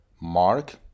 mark